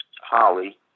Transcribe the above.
Holly